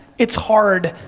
it's hard,